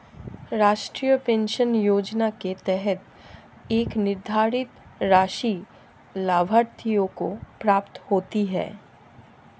राष्ट्रीय पेंशन योजना के तहत एक निर्धारित राशि लाभार्थियों को प्राप्त होती है